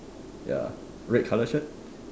ya red colour shirt